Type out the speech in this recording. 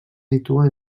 situa